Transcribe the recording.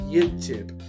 YouTube